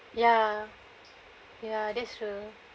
ya ya that's true